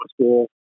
school